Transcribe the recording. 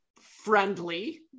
friendly